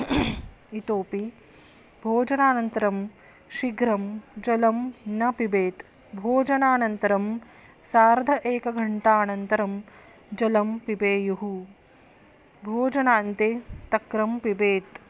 इतोऽपि भोजनानन्तरं शीघ्रं जलं न पिबेत् भोजनानन्तरं सार्ध एकघण्टानन्तरं जलं पिबेयुः भोजनान्ते तक्रं पिबेत्